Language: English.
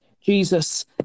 Jesus